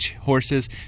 horses